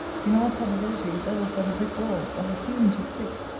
in all probability, there was but a brick wall, of a few inches thick,